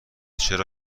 چرا